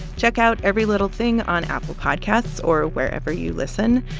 check out every little thing on apple podcasts or wherever you listen.